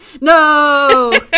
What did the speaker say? No